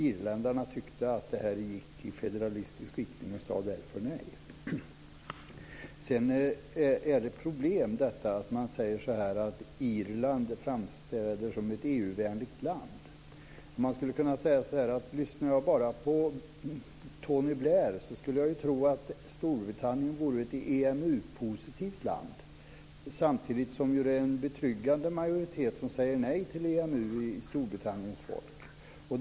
Irländarna tyckte att det här gick i federalistisk riktning och sade därför nej. Sedan är det problem att man säger att Irland framstår som ett EU-vänligt land. Man skulle kunna säga så här: Lyssnar jag bara på Tony Blair skulle jag tro att Storbritannien vore ett EMU-positivt land. Samtidigt är det en betryggande majoritet av Storbritanniens folk som säger nej till EMU.